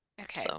Okay